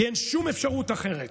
כי אין שום אפשרות אחרת,